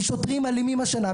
משוטרים אלימים השנה.